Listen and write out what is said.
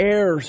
Air